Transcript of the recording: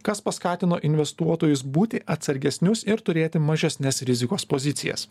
kas paskatino investuotojus būti atsargesnius ir turėti mažesnes rizikos pozicijas